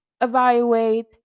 evaluate